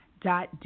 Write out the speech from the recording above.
dot